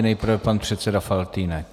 Nejprve pan předseda Faltýnek.